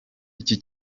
iki